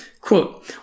Quote